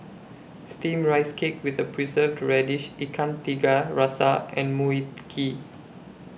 Steamed Rice Cake with The Preserved Radish Ikan Tiga Rasa and Mui Kee